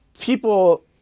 people